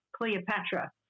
Cleopatra